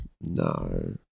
no